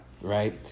right